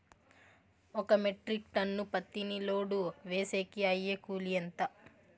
ఒక metric ton పత్తిని load వేసేకి అయ్యే కూలి ఎంత?